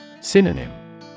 Synonym